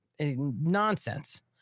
nonsense